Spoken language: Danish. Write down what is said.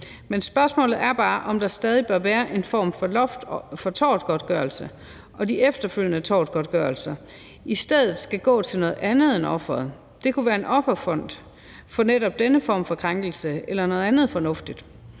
Men spørgsmålet er bare, om der stadig bør være en form for loft for tortgodtgørelse, og om de efterfølgende tortgodtgørelser i stedet skal gå til noget andet end offeret. Det kunne være en offerfond for netop denne form for krænkelse eller noget andet fornuftigt.